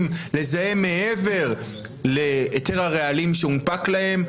לזהם מעבר להיתר הרעלים שהונפק להם,